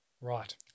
Right